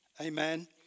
Amen